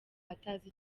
atazi